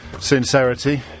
sincerity